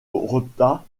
rota